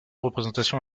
représentation